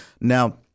now